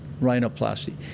rhinoplasty